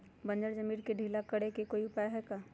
बंजर मिट्टी के ढीला करेके कोई उपाय है का?